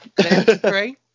Three